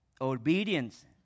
obedience